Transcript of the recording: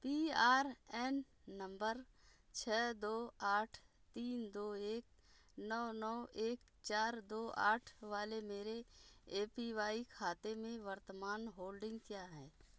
P R A N number छः दो आठ तीन दो एक नौ नौ एक चार दो आठ वाले मेरे ए पी वाई खाते में वर्तमान होल्डिंग क्या है